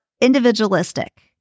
individualistic